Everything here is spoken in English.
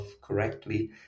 correctly